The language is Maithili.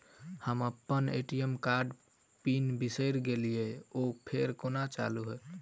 हम अप्पन ए.टी.एम कार्डक पिन बिसैर गेलियै ओ फेर कोना चालु होइत?